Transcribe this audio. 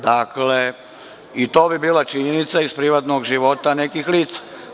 Dakle, i to bi bila činjenica iz privatnog života nekih lica.